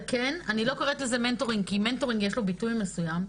אני לא קוראת לזה מנטורינג כי מנטורינג יש לו ביטוי מסוים,